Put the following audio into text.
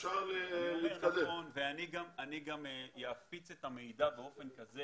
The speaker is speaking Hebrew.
אני גם אפיץ את המידע באופן כזה